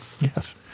Yes